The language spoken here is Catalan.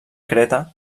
creta